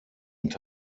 und